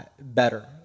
better